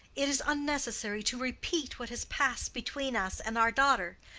it is unnecessary to repeat what has passed between us and our daughter.